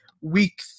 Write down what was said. Week